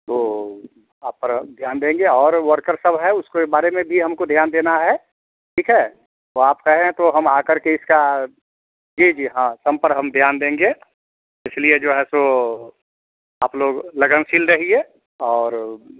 तो आप पर ध्यान देंगे और वर्कर सब हैं उसके बारें में भी हमको ध्यान देना है ठीक है तो आप कहें तो हम आ करके इसका जी जी हाँ सब पर हम ध्यान देंगे इसलिए जो है सो आप लोग लगनशील रहिए और